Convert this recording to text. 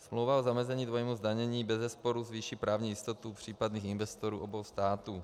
Smlouva o zamezení dvojímu zdanění bezesporu zvýší právní jistotu případných investorů obou států.